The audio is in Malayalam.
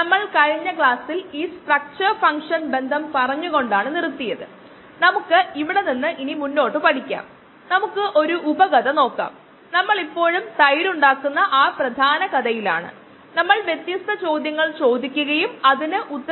നമുക്ക് പതിവായി ചോദ്യങ്ങൾ ചോദിക്കാം